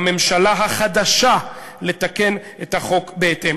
לממשלה החדשה לתקן את החוק בהתאם.